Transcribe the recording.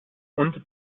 und